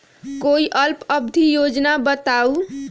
कोई अल्प अवधि योजना बताऊ?